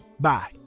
Bye